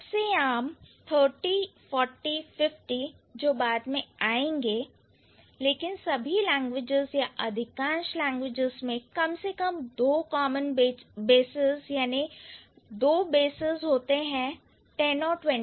सबसे आम 30 40 50 जो बाद में आएंगे लेकिन सभी लैंग्वेजेस या अधिकांश लैंग्वेजेस में कम से कम दो common bases या two bases होते हैं 10 और 20